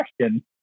question